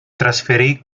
trasferì